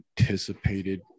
Anticipated